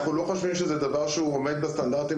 אנחנו לא חושבים שזה דבר שהוא עומד בסטנדרטים